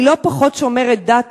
אני לא פחות שומרת דת,